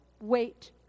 wait